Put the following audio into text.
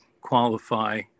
qualify